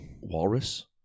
Walrus